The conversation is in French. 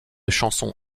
chansons